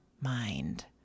mind